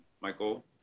Michael